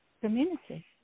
community